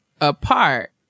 apart